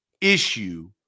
issue